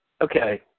okay